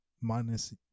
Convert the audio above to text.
minus